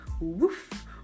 Woof